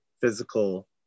physical